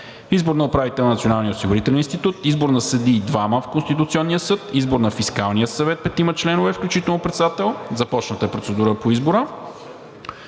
избор на управител на Националния осигурителен институт, избор на съдии – двама в Конституционния съд, избор на Фискалния съвет – петима членове, включително председател – започната е процедура по избора,